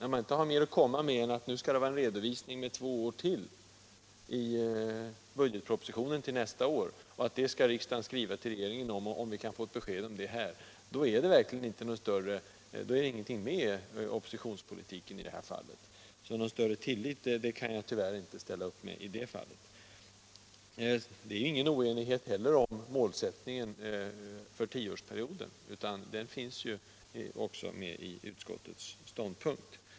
När man inte har mer att komma med än att nu skall det krävas redovisning för ytterligare två år i budgetpropositionen till nästa år och att detta skall riksdagen skriva till regeringen om, som vi borde kunna få besked om här — då är det ingenting med oppositionspolitiken. Någon större tillit kan jag alltså inte ställa upp med. Det är ingen oenighet heller om målsättningen för tioårsperioden, utan den finns också med i utskottets ståndpunktstagande.